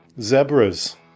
zebras